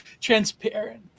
transparent